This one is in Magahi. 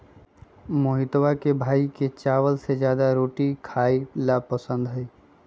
मोहितवा के भाई के चावल से ज्यादा रोटी खाई ला पसंद हई